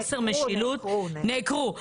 הוחרמו, נעקרו.